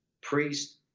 priest